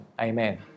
Amen